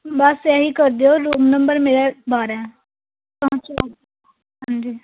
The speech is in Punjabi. ਬਸ ਇਹੀ ਕਰ ਦਿਉ ਰੂਮ ਨੰਬਰ ਮੇਰਾ ਬਾਰਾਂ ਹਾਂਜੀ ਹਾਂਜੀ ਹਾਂਜੀ